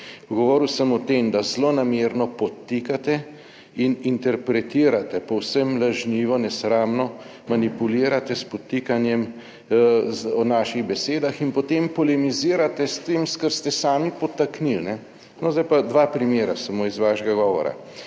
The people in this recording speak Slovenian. Govoril sem o tem, da zlonamerno podtikate in interpretirate povsem lažnivo, nesramno manipulirate s podtikanjem o naših besedah in potem polemizirate s tem kar ste sami podtaknili. No, zdaj pa dva primera samo iz vašega govora.